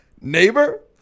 Neighbor